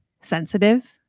sensitive